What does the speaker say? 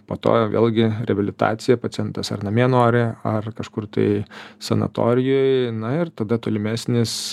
po to jau vėlgi reabilitacija pacientas ar namie nori ar kažkur tai sanatorijoj na ir tada tolimesnis